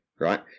right